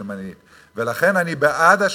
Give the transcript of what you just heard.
הנצרתיים.